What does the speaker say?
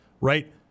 right